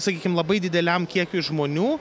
sakykim labai dideliam kiekiui žmonių